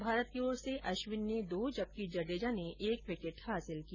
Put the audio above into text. भारत की ओर से अश्विन ने दो जबकि जडेजा ने एक विकेट हासिल किया